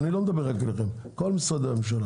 אני לא מדבר רק אליכם, אלא לכל משרדי הממשלה.